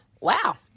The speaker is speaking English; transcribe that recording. wow